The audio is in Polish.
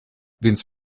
więc